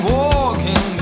walking